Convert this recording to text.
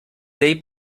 dei